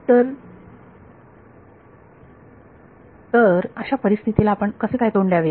तर तर अशा परिस्थिती ला आपण कसे काय तोंड द्यावे